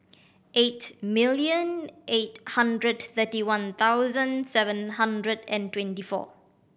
eight million eight hundred thirty one thousand seven hundred and twenty four